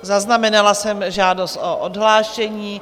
Zaznamenala jsem žádost o odhlášení.